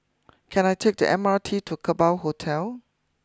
can I take the M R T to Kerbau Hotel